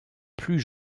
plus